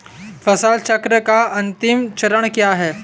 फसल चक्र का अंतिम चरण क्या है?